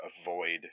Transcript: avoid